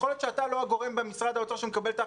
יכול להיות שאתה לא הגורם במשרד האוצר שמקבל את ההחלטות.